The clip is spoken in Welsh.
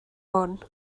hwn